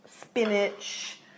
spinach